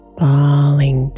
falling